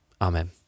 Amen